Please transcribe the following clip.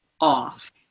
off